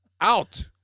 Out